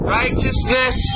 righteousness